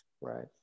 right